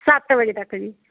ਸੱਤ ਵਜ਼ੇ ਤੱਕ ਜੀ